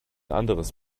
anderes